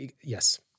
Yes